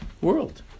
world